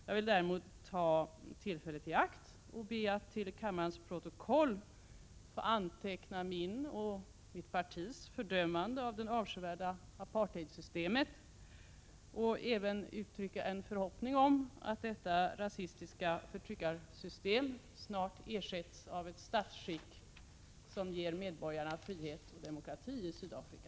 Jag vill ta tillfället i akt och be att till kammarens protokoll få antecknat min och mitt partis fördömande av det avskyvärda apartheidsystemet och även uttrycka en förhoppning om att detta rasistiska förtryckarsystem snart ersätts av ett statsskick som ger medborgarna frihet och demokrati i Sydafrika.